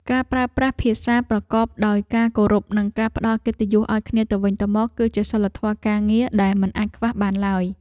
ការប្រើប្រាស់ភាសាប្រកបដោយការគោរពនិងការផ្តល់កិត្តិយសឱ្យគ្នាទៅវិញទៅមក គឺជាសីលធម៌ការងារដែលមិនអាចខ្វះបានឡើយ។